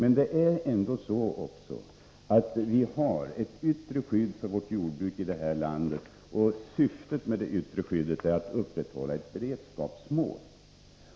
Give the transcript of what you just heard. Vi har emellertid även ett yttre skydd för vårt jordbruk i detta land. Syftet med detta skydd är att upprätthålla en beredskap.